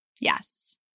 Yes